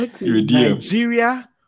Nigeria